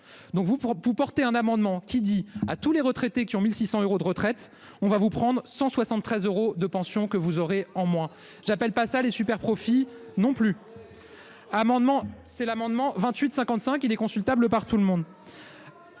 pour pour porter un amendement qui dit à tous les retraités qui ont 1600 euros de retraite, on va vous prendre 173 euros de pension que vous aurez en moins. J'appelle pas ça les superprofits non plus. Oui. Amendement c'est l'amendement 28 55 il est consultable par tout le monde.